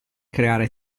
creare